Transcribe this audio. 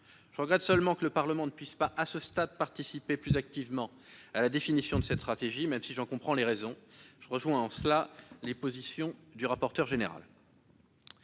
Je regrette seulement que le Parlement ne puisse pas, à ce stade, participer plus activement à la définition de cette stratégie, même si j'en comprends les raisons. Je rejoins en cela la position du rapporteur général